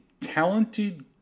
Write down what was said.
talented